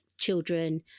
children